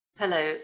Hello